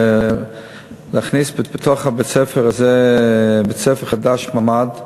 להכניס בתוך בית-הספר הזה בית-ספר ממ"ד חדש,